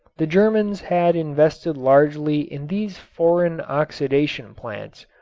the germans had invested largely in these foreign oxidation plants,